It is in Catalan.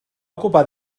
ocupar